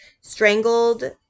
strangled